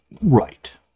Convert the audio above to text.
Right